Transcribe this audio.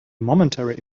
momentary